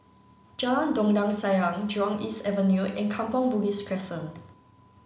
Jalan Dondang Sayang Jurong East Avenue and Kampong Bugis Crescent